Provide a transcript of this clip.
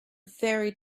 very